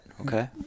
okay